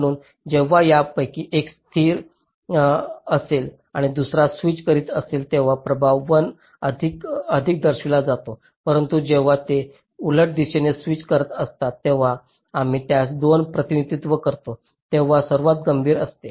म्हणून जेव्हा त्यापैकी एक स्थिर असेल आणि दुसरा स्विच करीत असेल तेव्हा प्रभाव 1 वर अधिक दर्शविला जातो परंतु जेव्हा ते उलट दिशेने स्विच करीत असतात तेव्हा आम्ही त्यास 2 ने प्रतिनिधित्व करतो तेव्हा सर्वात गंभीर असते